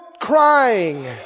crying